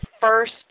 first